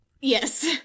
Yes